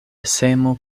semo